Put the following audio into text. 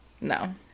No